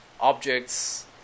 objects